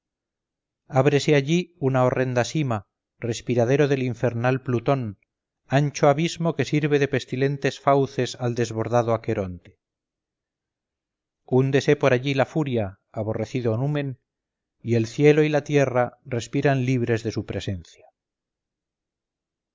ábrese allí una horrenda sima respiradero del infernal plutón ancho abismo que sirve de pestilentes fauces al desbordado aqueronte húndese por allí la furia aborrecido numen y el cielo y la tierra respiran libres de su presencia